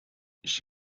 she